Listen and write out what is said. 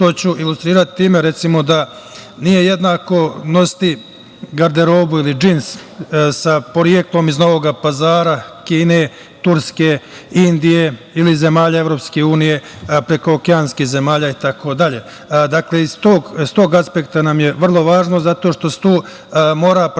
To ću ilustrirati time, recimo, da nije jednako nositi garderobu ili džins sa poreklom iz Novog Pazara, Kine, Turske, Indije ili iz zemalja EU, prekookeanskih zemalja itd. Dakle, sa tog apsekta nam je vrlo važno zato što se tu mora prepoznati